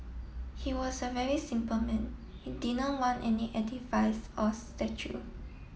he was a very simple man he did not want any edifice or statue